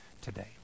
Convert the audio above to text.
today